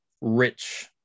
rich